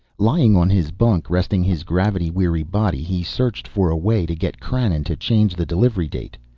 lying on his bunk, resting his gravity-weary body, he searched for a way to get krannon to change the delivery date.